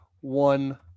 one